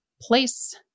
place